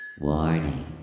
Warning